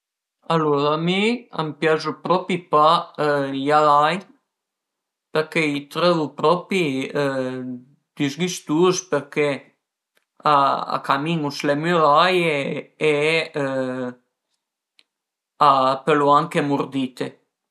Alura a mi a m'piazu propi pa i aragn përché i trövu propi disgüstus përché a camin-u s'le müraie e a pölu anche murdite